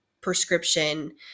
prescription